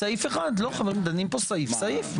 לסעיף 1, אנחנו דנים פה סעיף-סעיף.